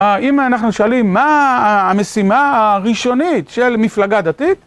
אם אנחנו שואלים מה המשימה הראשונית של מפלגה דתית?